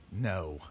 No